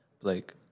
Blake